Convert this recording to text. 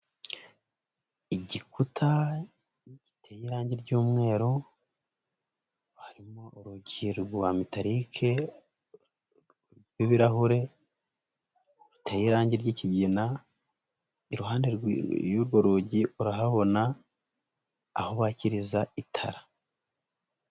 Igikuta giteye irangi ry'umweru, harimo urugi rwa metalic rw'ibirahure, ruteye irangi ry'ikigina, iruhande y'urwo rugi urahabona aho bakiriza itara.